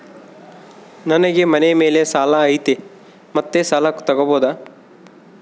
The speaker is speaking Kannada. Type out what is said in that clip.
ನನಗೆ ಮನೆ ಮೇಲೆ ಸಾಲ ಐತಿ ಮತ್ತೆ ಸಾಲ ತಗಬೋದ?